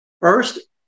First